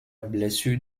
blessure